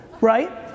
right